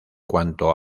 cuanto